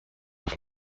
auf